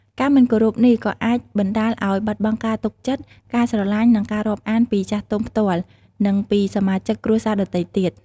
ការមិនគោរពនេះក៏អាចបណ្ដាលឲ្យបាត់បង់ការទុកចិត្ត ការស្រឡាញ់ និងការរាប់អានពីចាស់ទុំផ្ទាល់ និងពីសមាជិកគ្រួសារដទៃទៀត។